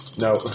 No